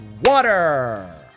water